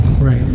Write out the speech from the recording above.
Right